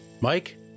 Mike